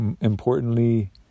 importantly